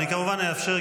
אני כמובן אאפשר,